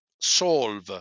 solve